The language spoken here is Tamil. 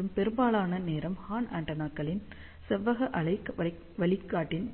மற்றும் பெரும்பாலான நேரம் ஹார்ன் ஆண்டெனாக்கள் செவ்வக அலை வழிகாட்டியின்